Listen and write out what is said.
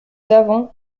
avons